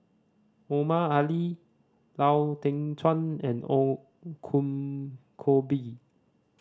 Omar Ali Lau Teng Chuan and Ong Kong Koh Bee